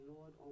Lord